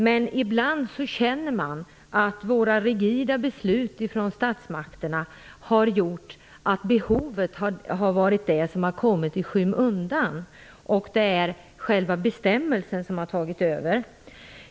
Men ibland känner man att statsmakternas rigida beslut har gjort att behovet har kommit i skymundan och att det är själva bestämmelsen som har tagit över.